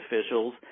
officials